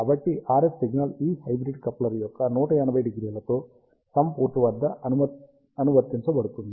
కాబట్టి RF signal ఈ hybrid coupler యొక్క 180° లతో సమ్ పోర్ట్ వద్ద అనువర్తించబడుతుంది